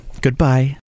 Goodbye